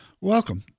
Welcome